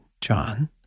John